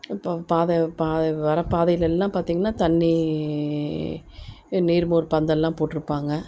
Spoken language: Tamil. இப்போது பாதை பா வர பாதையில் எல்லாம் பார்த்தீங்கன்னா தண்ணி நீர்மோர் பந்தலெலாம் போட்டிருப்பாங்க